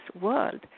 world